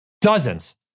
dozens